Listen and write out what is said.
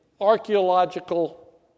archaeological